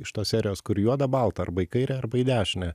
iš tos serijos kur juoda balta arba į kairę arba į dešinę